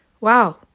Wow